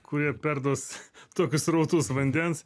kurie perduos tokius srautus vandens